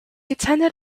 attended